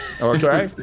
Okay